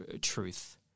truth